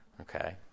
Okay